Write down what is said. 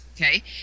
okay